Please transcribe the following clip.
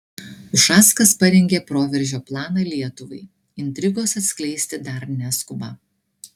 ušackas parengė proveržio planą lietuvai intrigos atskleisti dar neskuba